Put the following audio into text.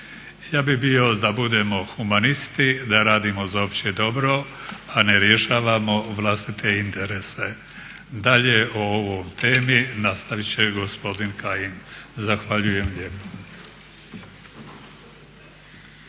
Ja bih htio da budemo humanisti, da radimo za opće dobro a ne rješavamo vlastite interese. Dalje o ovoj temi nastavit će gospodin Kajin. Zahvaljujem.